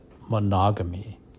monogamy